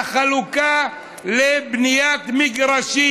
החלוקה לבניית מגרשים.